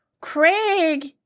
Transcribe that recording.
Craig